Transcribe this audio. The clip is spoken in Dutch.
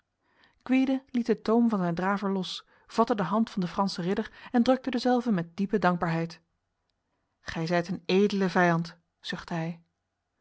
liet de toom van zijn draver los vatte de hand van de franse ridder en drukte dezelve met diepe dankbaarheid gij zijt een edele vijand zuchtte hij